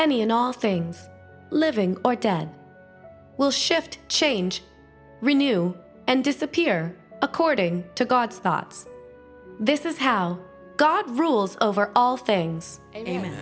any and all things living or dead will shift change renew and disappear according to god's thoughts this is how god rules over all things and